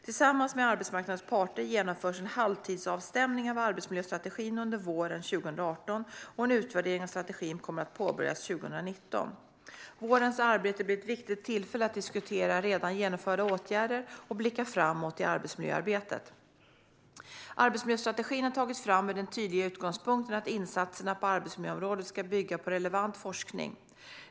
Tillsammans med arbetsmarknadens parter genomförs en halvtidsavstämning av arbetsmiljöstrategin under våren 2018, och en utvärdering av strategin kommer att påbörjas 2019. Vårens arbete blir ett viktigt tillfälle att diskutera redan genomförda åtgärder och blicka framåt i arbetsmiljöarbetet. Arbetsmiljöstrategin har tagits fram med den tydliga utgångspunkten att insatserna på arbetsmiljöområdet ska bygga på relevant forskning.